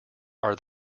are